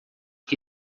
que